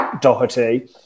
Doherty